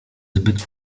zbyt